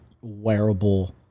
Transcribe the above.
wearable